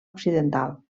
occidental